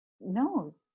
no